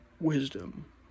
wisdom